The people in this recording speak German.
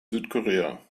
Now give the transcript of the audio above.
südkorea